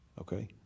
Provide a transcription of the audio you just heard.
Okay